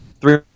three